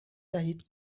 دهید